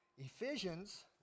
Ephesians